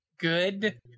good